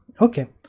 okay